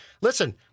Listen